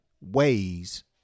ways